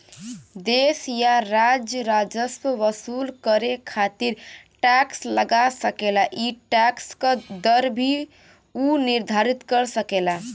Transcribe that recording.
देश या राज्य राजस्व वसूल करे खातिर टैक्स लगा सकेला ई टैक्स क दर भी उ निर्धारित कर सकेला